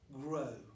grow